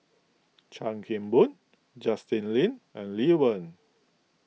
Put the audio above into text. Chan Kim Boon Justin Lean and Lee Wen